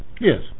Yes